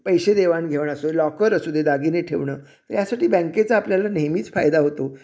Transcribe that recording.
पैसे देवाणघेवाण असू दे लॉकर असू दे दागिने ठेवणं यासाठी बँकेचा आपल्याला नेहमीच फायदा होतो